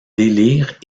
délire